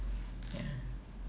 ya